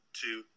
two